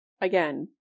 Again